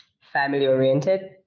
family-oriented